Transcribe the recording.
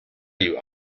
you